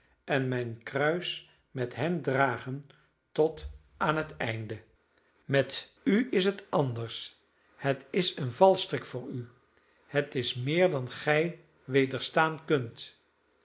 en mijn kruis met hen dragen tot aan het einde met u is het anders het is een valstrik voor u het is meer dan gij wederstaan kunt